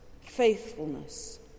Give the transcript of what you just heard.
faithfulness